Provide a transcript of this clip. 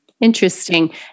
Interesting